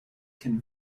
can